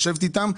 לשבת איתם.